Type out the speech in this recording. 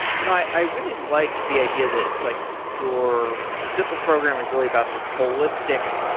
you know i i really like the idea that it's like your simple programmer is really about this holistic,